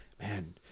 man